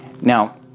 Now